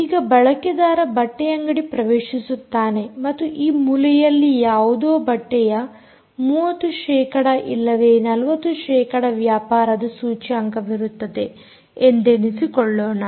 ಈಗ ಬಳಕೆದಾರ ಬಟ್ಟೆಯಂಗಡಿ ಪ್ರವೇಶಿಸುತ್ತಾನೆ ಮತ್ತು ಈ ಮೂಲೆಯಲ್ಲಿ ಯಾವುದೋ ಬಟ್ಟೆಯ 30 ಶೇಕಡ ಇಲ್ಲವೇ 40 ಶೇಕಡ ವ್ಯಾಪಾರದ ಸೂಚ್ಯಂಕವಿರುತ್ತದೆ ಎಂದೆನಿಸಿಕೊಳ್ಳೋಣ